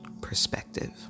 perspective